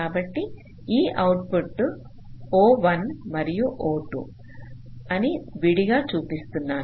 కాబట్టి ఈ output O1 మరియు O2 అని విడిగా చూపిస్తున్నాను